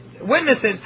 Witnesses